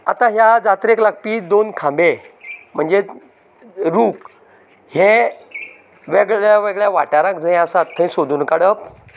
आतां ह्या जात्रेक लागपी दोन खांबें म्हणजे रूख हे वेगळ्या वेगळ्या वाठाराक जंय आसात थंय सोदून काडप